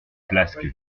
flasque